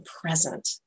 present